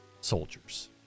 soldiers